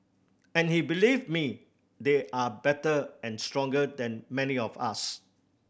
and he believe me they are better and stronger than many of us